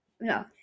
no